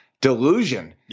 delusion